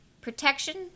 protection